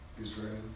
Israel